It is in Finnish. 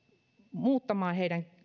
muuttamaan